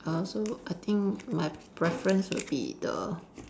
I also I think my preference will be the